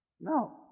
no